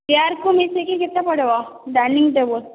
ଚେୟାର୍କୁ ମିଶିକି କେତେ ପଡ଼ିବ ଡାଇନିଙ୍ଗ ଟେବୁଲ୍